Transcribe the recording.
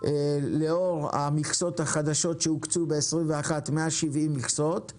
לאור המכסות החדשות שהוקצו ב-21', 170 מכסות;